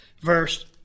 verse